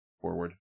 forward